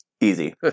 Easy